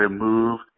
move